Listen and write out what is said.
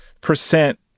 percent